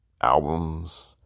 albums